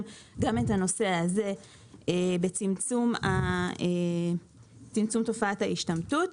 גם את הנושא הזה בצמצום תופעת ההשתמטות.